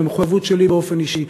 ומחויבות שלי באופן אישי.